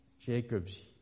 Jacob's